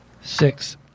Six